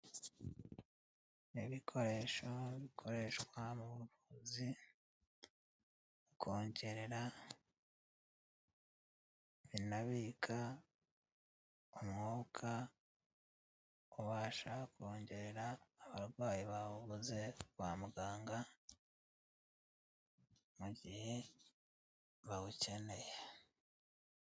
Ni ibikoresho bikoreshwa mu buvuzi kongerera binabika umwuka ubasha kongerera abarwayi bawuze kwa muganga, mu gihe bawukeneye.